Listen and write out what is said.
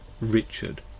Richard